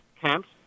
camps